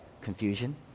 Confusion